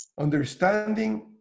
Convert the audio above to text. understanding